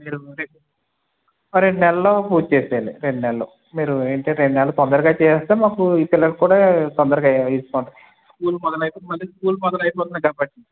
మీరు రె రెండు నెలల్లో పూర్తి చేసేయాలి రెండు నెలల్లో మీరు తొందరగా చేసేస్తే మాకు ఈ పిల్లలు కూడా తొందరగా వేసుకుంటారు స్కూల్ మొదలయితే మళ్ళి స్కూల్ మొదలయిపోతుంది కాబట్టి